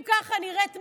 אם ככה נראית משילות,